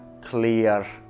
clear